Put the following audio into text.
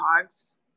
dogs